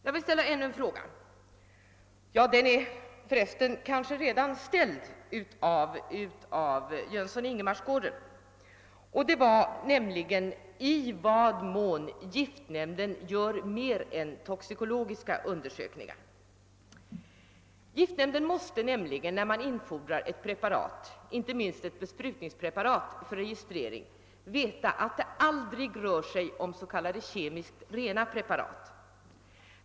Jag vill ställa ännu en fråga, som för resten kanske redan är ställd av herr Jönsson i Ingemarsgården, nämligen i vad mån giftnämnden gör mer än toxikologiska undersökningar. <Giftnämnden måste nämligen när den infordrar ett preparat — inte minst när det gäller besprutningspreparat — för registrering veta att det aldrig rör sig om s.k. kemiskt rena preparat.